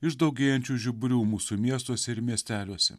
iš daugėjančių žiburių mūsų miestuose ir miesteliuose